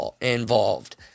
involved